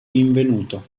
rinvenuto